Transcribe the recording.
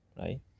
right